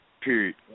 period